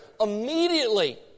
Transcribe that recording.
immediately